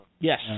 yes